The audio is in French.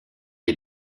est